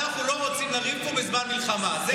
אנחנו לא רוצים לריב פה בזמן מלחמה.